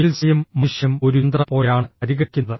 ചികിത്സയും മനുഷ്യനും ഒരു യന്ത്രം പോലെയാണ് പരിഗണിക്കുന്നത്